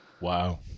wow